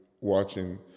watching